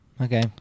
Okay